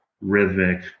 rhythmic